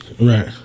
Right